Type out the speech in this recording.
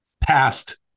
past